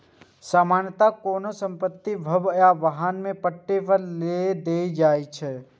सामान्यतः कोनो संपत्ति, भवन आ वाहन कें पट्टा पर देल जाइ छै